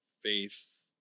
faith